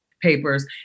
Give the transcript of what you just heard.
papers